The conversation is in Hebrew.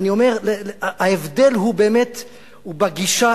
ההבדל הוא באמת בגישה,